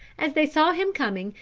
as they saw him coming,